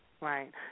right